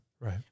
Right